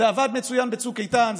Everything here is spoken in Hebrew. זה עבד מצוין בצוק איתן,